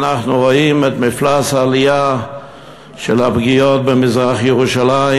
ואנחנו רואים את מפלס העלייה של הפגיעות במזרח-ירושלים,